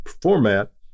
format